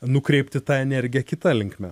nukreipti tą energiją kita linkme